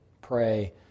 pray